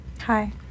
Hi